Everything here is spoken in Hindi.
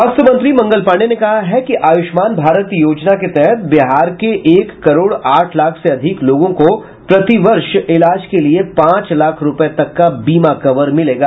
स्वास्थ्य मंत्री मंगल पांडेय ने कहा है कि आयुष्मान भारत योजना के तहत बिहार के एक करोड़ आठ लाख से अधिक लोगों को प्रतिवर्ष इलाज के लिए पांच लाख रूपये तक का बीमा कवर मिलेगा